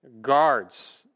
guards